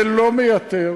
זה לא מייתר